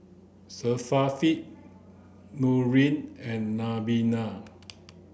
Syafiq Nurin and Nabila